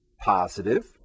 Positive